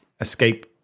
escape